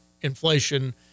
inflation